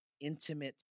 intimate